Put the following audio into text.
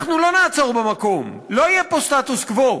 אנחנו לא נעצור במקום, לא יהיה פה סטטוס קוו,